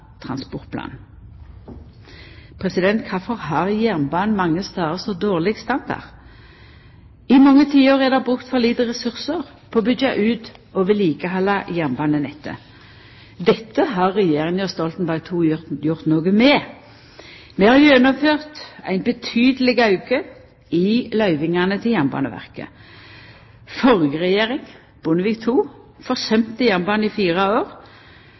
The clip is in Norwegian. transportplan. Kvifor har jernbanen mange stader så dårleg standard? I mange tiår er det brukt for lite ressursar på å byggja ut og vedlikehalda jernbanenettet. Dette har regjeringa Stoltenberg II gjort noko med! Vi har gjennomført ein betydeleg auke i løyvingane til Jernbaneverket. Den førre regjeringa, Bondevik II, forsømde jernbanen i fire år.